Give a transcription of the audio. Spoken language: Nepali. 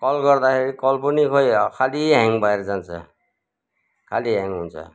कल गर्दाखेरि कल पनि खोइ खालि ह्याङ भएर जान्छ खालि ह्याङ हुन्छ